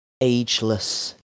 ageless